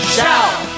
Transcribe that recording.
Shout